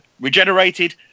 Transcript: regenerated